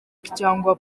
cyangwa